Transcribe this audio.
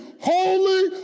Holy